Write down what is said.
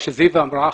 מה שזיוה אמרה,